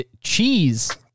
Cheese